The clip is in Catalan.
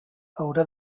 haurà